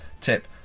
Tip